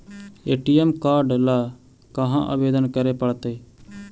ATM card ल कहा आवेदन करे पड़तै?